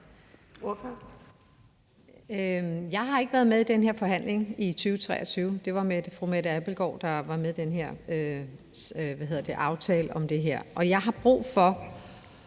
(KF): Jeg har ikke været med i den her forhandling i 2023. Det var fru Mette Abildgaard, der var med i den her aftale om det her. Og jeg har brug for